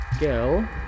Girl